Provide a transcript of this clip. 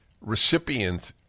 recipient